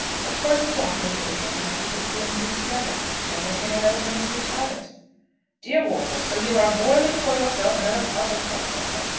of course the doctor knew again how to put two and two together. then there came a letter from mr. talbot dear wortle so you are boiling for yourself another pot of hot water.